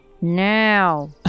now